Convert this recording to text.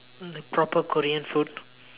like proper Korean food